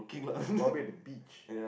probably at the beach